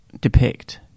depict